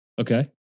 Okay